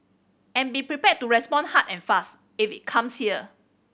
and be prepared to respond hard and fast if it comes here